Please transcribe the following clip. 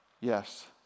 Yes